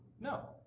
No